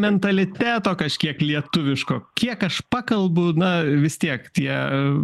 mentaliteto kažkiek lietuviško kiek aš pakalbu na vis tiek tie